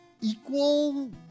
equal